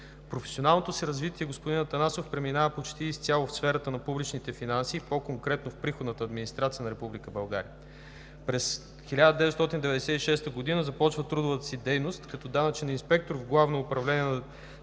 Професионалното развитие на господин Атанасов преминава почти изцяло в сферата на публичните финанси, по-конкретно в приходната администрация на Република България. През 1996 г. започва трудовата си дейност като данъчен инспектор в Главно управление на